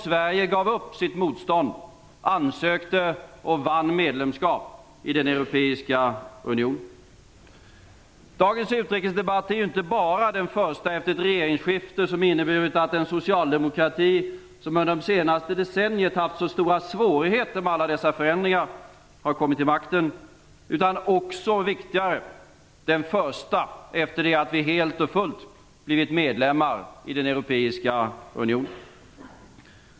Sverige gav upp sitt motstånd, ansökte och vann medlemskap i den europeiska unionen. Dagens utrikesdebatt är ju inte bara den första efter ett regeringsskifte som inneburit att den socialdemokrati som under det senaste decenniet haft så stora svårigheter med alla dessa förändringar har kommit till makten, utan också - vilket är än viktigare - den första efter det att vi helt och fullt blivit medlemmar i den europeiska unionen.